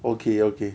okay okay